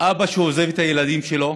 אבא שעוזב את הילדים שלו